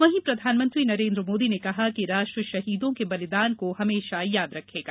वहीं प्रधानमंत्री नरेन्द्र मोदी ने कहा है कि राष्ट्र शहीदों के बलिदान को हमेशा याद रखेगा